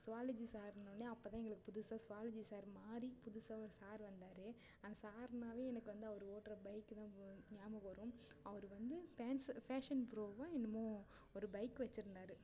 zoology சாருன்னுன்னேயே அப்போதான் எங்களுக்கு புதுசாக ஸ்வாலஜி சார் மாறி புதுசாக ஒரு சார் வந்தார் அந்த சாருன்னாவே எனக்கு வந்து அவர் ஓட்டுகிற பைக் தான் மு ஞாபகம் வரும் அவர் வந்து பேன்ஸ ஃபேஷன் ப்ரோவோ என்னமோ ஒரு பைக் வச்சுருந்தாரு